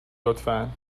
لطفا